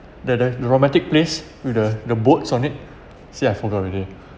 the the romantic place with the the boats on it see I forgot already